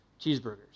cheeseburgers